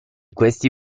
questi